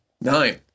Nine